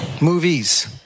Movies